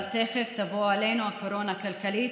אבל תכף תבוא עלינו הקורונה הכלכלית